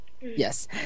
Yes